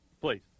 please